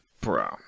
Bro